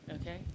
okay